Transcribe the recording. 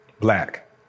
Black